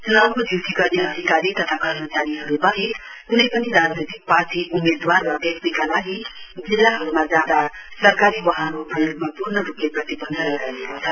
चुनावको ड्यूटी गर्ने अधिकारी तथा कर्मचारीवाहेक कुनै पनि राजनैतिक तथा उम्मेदवार वा व्यक्तिका लागि जिल्लाहरुमा जाँदा सरकारी वाहनको प्रयोगमा पूर्ण रुपले प्रतिवन्ध लगाइएको छ